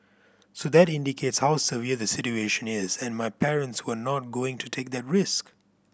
so that indicates how severe the situation is and my parents were not going to take that risk